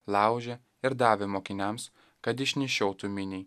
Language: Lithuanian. laužė ir davė mokiniams kad išnešiotų miniai